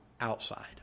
outside